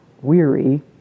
weary